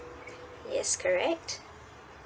yes correct